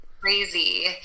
crazy